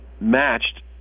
matched